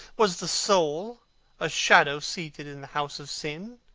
was the soul a shadow seated in the house of sin?